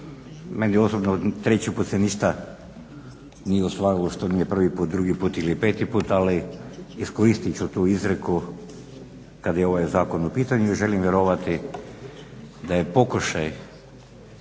Meni osobno treći put se ništa nije ostvarilo što nije prvi put, drugi put ili peti puta. Ali iskoristit ću tu izreku kad je ovaj zakon u pitanju i želim vjerovati da je pokušaj